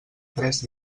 tres